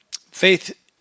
faith